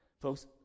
Folks